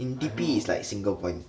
in T_P it's like single point